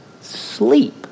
sleep